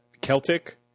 Celtic